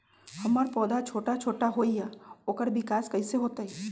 हमर पौधा छोटा छोटा होईया ओकर विकास कईसे होतई?